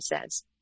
says